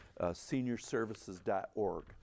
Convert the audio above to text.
seniorservices.org